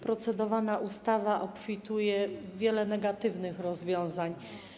Procedowana ustawa obfituje w wiele negatywnych rozwiązań.